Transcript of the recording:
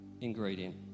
ingredient